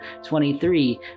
23